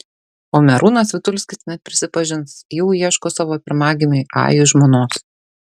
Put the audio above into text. o merūnas vitulskis net prisipažins jau ieško savo pirmagimiui ajui žmonos